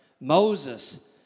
Moses